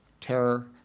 terror